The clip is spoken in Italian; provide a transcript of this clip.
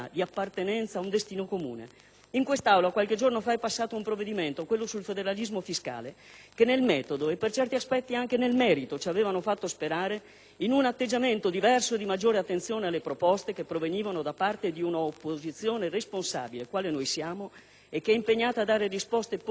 In quest'Aula qualche giorno fa è passato un provvedimento, quello sul federalismo fiscale, che nel metodo - e per certi aspetti anche nel merito - ci aveva fatto sperare in un atteggiamento diverso e di maggiore attenzione alle proposte che provenivano da parte di un'opposizione responsabile, quale noi siamo, che è impegnata a dare risposte positive ai bisogni dell'intero Paese.